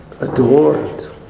adored